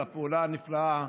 על הפעולה הנפלאה,